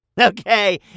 Okay